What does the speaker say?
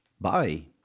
Bye